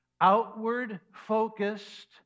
outward-focused